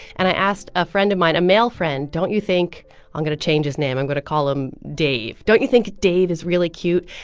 and i asked a friend of mine, a male friend, don't you think i'm um going to change his name. i'm going to call him dave. don't you think dave is really cute?